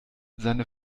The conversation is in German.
seine